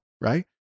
right